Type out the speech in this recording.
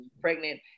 pregnant